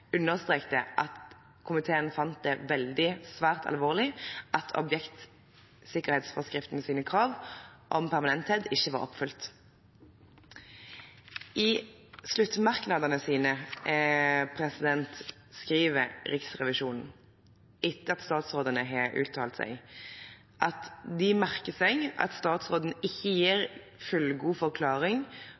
at komiteen fant det «svært alvorlig» at objektsikkerhetsforskriftens krav til permanent grunnsikring ikke var oppfylt. I sluttmerknadene sine skriver Riksrevisjonen, etter at statsrådene har uttalt seg, at de «merker seg at statsråden ikke gir fullgod forklaring